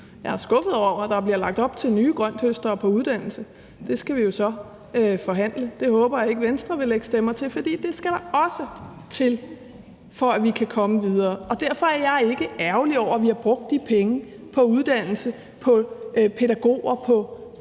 Jeg er skuffet over, at der bliver lagt op til nye grønthøstere på uddannelse. Det skal vi jo så forhandle. Det håber jeg ikke Venstre vil lægge stemmer til, for det skal der også til, for at vi kan komme videre. Og derfor er jeg ikke ærgerlig over, at vi har brugt de penge på uddannelse, på pædagoger og